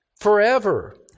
forever